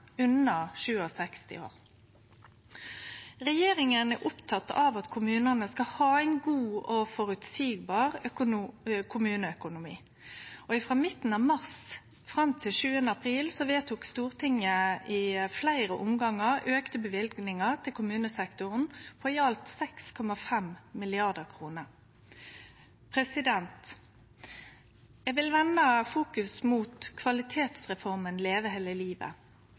år. Regjeringa er oppteken av at kommunane skal ha ein god og føreseieleg kommuneøkonomi, og frå midten av mars fram til 7. april vedtok Stortinget i fleire omgangar auka løyvingar til kommunesektoren på i alt 6,5 mrd. kr. Eg vil vende fokus mot kvalitetsreforma Leve hele livet.